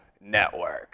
Network